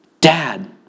Dad